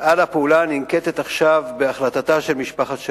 על הפעולה שננקטת עכשיו בהחלטתה של משפחת שליט.